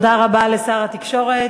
תודה רבה לשר התקשורת.